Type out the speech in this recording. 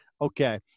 Okay